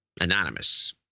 Anonymous